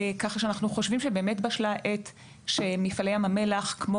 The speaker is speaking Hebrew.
ככה שאנחנו חושבים שבאמת בשלה העת שמפעלי הים המלח כמו